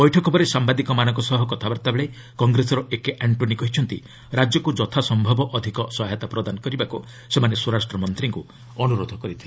ବୈଠକ ପରେ ସାମ୍ଭାଦିକମାନଙ୍କ ସହ କଥାବାର୍ତ୍ତାବେଳେ କଂଗ୍ରେସର ଏକେ ଆଣ୍ଟ୍ରୋନି କହିଛନ୍ତି ରାଜ୍ୟକ୍ ଯଥାସମ୍ଭବ ଅଧିକ ସହାୟତା ପ୍ରଦାନ କରିବାକୁ ସେମାନେ ସ୍ୱରାଷ୍ଟ୍ର ମନ୍ତ୍ରୀଙ୍କୁ ଅନୁରୋଧ କରିଛନ୍ତି